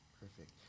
perfect